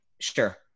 sure